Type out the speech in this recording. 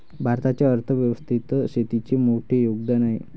भारताच्या अर्थ व्यवस्थेत शेतीचे मोठे योगदान आहे